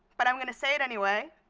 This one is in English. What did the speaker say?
but i'm going to say it anyway,